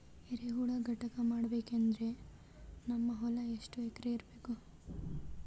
ಎರೆಹುಳ ಘಟಕ ಮಾಡಬೇಕಂದ್ರೆ ನಮ್ಮ ಹೊಲ ಎಷ್ಟು ಎಕರ್ ಇರಬೇಕು?